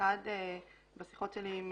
אחת, בשיחות שלי עם